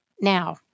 Now